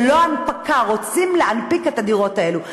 זה לא הנפקה, רוצים להנפיק את הדירות האלה.